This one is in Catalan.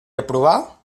aprovar